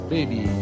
Baby